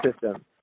system